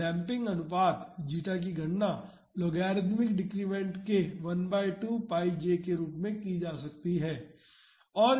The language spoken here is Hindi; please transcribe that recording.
और डेम्पिंग अनुपात जीटा की गणना लॉगरिदमिक डिक्रिमेंट के 12 πj के रूप में की जा सकती है